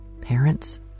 parents